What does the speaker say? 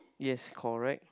yes correct